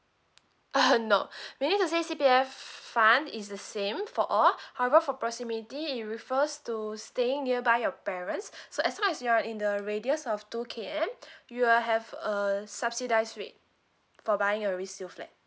uh no meaning to say C_P_F fund is the same for all however for proximity it refers to staying nearby your parents so as long as you are in the radius of two K_M you are have a subsidised rate for buying a resale flat